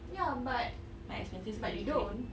ya but but you don't